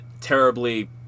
terribly